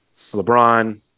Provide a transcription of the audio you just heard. LeBron